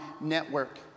network